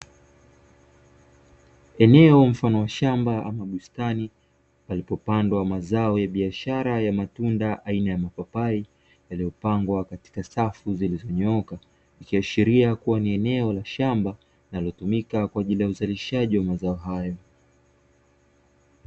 Eneo mfano wa shamba ama bustani, palipopandwa mazao ya biashara ya matunda aina ya mapapai yaliyopangwa katika safu zilizonyooka, ikiashiria kuwa ni eneo la shamba linalotumika kwa ajili ya uzalishaji wa mazao hayo.